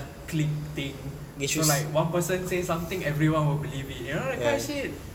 clique thing so like one person say something everyone will believe it you know that kind of shit